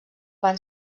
van